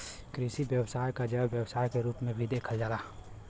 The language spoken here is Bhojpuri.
कृषि व्यवसाय क जैव व्यवसाय के रूप में भी देखल जाला